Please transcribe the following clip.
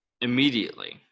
immediately